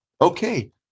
Okay